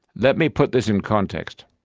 let me put this in context.